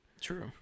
True